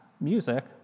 music